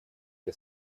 для